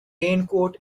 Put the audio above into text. raincoat